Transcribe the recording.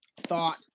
thought